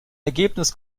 ergebnis